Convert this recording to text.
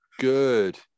good